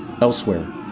Elsewhere